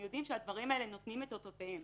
יודעים שהדברים האלה נותנים את אותותיהם